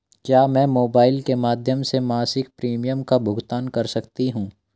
क्या मैं मोबाइल के माध्यम से मासिक प्रिमियम का भुगतान कर सकती हूँ?